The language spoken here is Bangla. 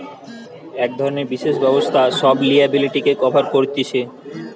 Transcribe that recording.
এক ধরণের বিশেষ ব্যবস্থা সব লিয়াবিলিটিকে কভার কতিছে